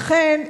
ולכן,